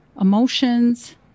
emotions